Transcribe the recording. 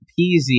peasy